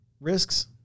risks